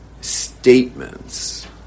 statements